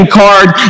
card